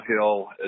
Hill